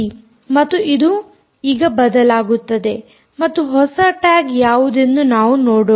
ಮತ್ತು ಇದು ಈಗ ಬದಲಾಗುತ್ತದೆ ಮತ್ತು ಹೊಸ ಟ್ಯಾಗ್ ಯಾವುದೆಂದು ನಾವು ನೋಡೋಣ